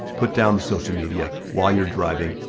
put down the social media while you're driving.